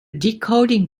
decoding